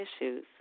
issues